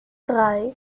drei